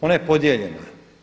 Ona je podijeljena.